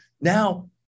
now